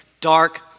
dark